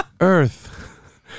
earth